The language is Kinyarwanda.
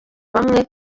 bamwe